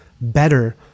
better